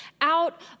out